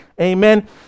Amen